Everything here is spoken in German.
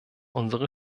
unsere